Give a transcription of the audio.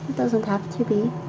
doesn't have to be.